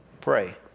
pray